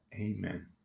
Amen